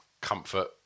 comfort